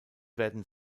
werden